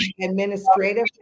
administrative